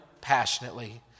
passionately